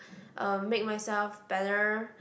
uh make myself better